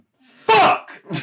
Fuck